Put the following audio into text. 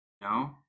No